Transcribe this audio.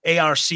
ARC